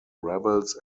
rebels